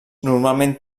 normalment